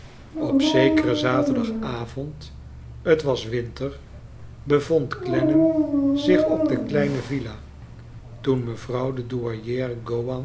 op zekeren zaterdagavond het was winter bevond clennam zich op de kleine villa toen mevrouw de